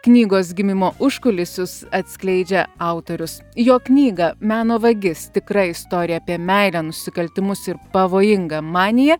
knygos gimimo užkulisius atskleidžia autorius jo knyga meno vagis tikra istorija apie meilę nusikaltimus ir pavojingą maniją